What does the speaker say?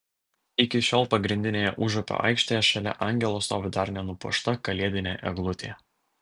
iki šiol pagrindinėje užupio aikštėje šalia angelo stovi dar nenupuošta kalėdinė eglutė